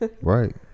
Right